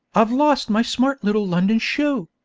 i've lost my smart little london shoe.